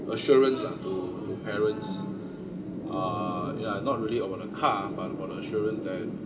assurance lah to to parents err ya not really about the car but about the assurance that